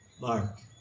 Mark